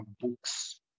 books